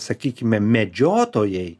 sakykime medžiotojai